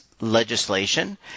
legislation